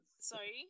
sorry